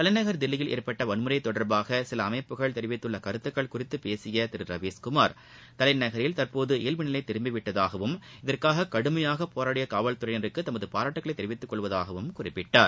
தலைநகர் தில்லியில் ஏற்பட்ட வன்முறை தொடர்பாக சில அமைப்புகள் தெரிவித்துள்ள கருத்துகள் குறித்து பேசிய திரு ரவிஸ்குமாா் தலைநகரில் தற்போது இயல்பு நிலை திரும்பிவிட்டதாகவும் இதற்காக கடுமையாக போராடிய காவல்துறையினருக்கு தமது பாராட்டுகளை தெரிவிப்பதாகவும் குறிப்பிட்டார்